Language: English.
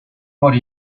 more